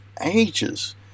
ages